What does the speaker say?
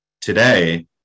today